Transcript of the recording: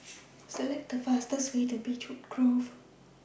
Select The fastest Way to Beechwood Grove